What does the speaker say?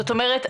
זאת אומרת,